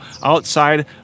outside